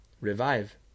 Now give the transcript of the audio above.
revive